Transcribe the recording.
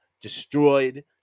destroyed